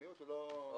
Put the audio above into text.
המיעוט הוא לא יהודי.